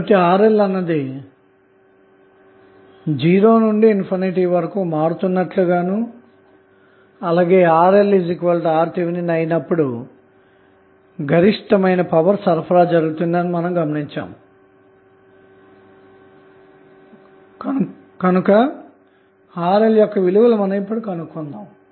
కాబట్టి RL అన్నది సున్నా నుండి అనంతం వరకు మారుతున్నట్లుగాను అలాగే RLRTh అయినప్పుడు గరిష్ట పవర్ సరఫరా జరుగుతుంది అని గమనించాము గనక RL విలువలు కనుక్కొందాము